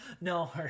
No